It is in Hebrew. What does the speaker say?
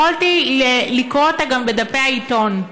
יכולתי לקרוא אותה גם בדפי העיתון.